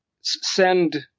send